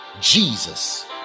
jesus